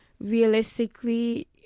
Realistically